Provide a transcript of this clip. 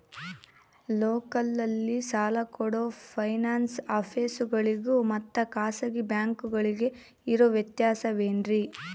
ಲೋಕಲ್ನಲ್ಲಿ ಸಾಲ ಕೊಡೋ ಫೈನಾನ್ಸ್ ಆಫೇಸುಗಳಿಗೆ ಮತ್ತಾ ಖಾಸಗಿ ಬ್ಯಾಂಕುಗಳಿಗೆ ಇರೋ ವ್ಯತ್ಯಾಸವೇನ್ರಿ?